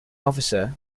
officer